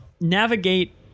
navigate